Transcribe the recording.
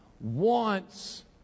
wants